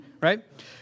right